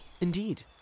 Indeed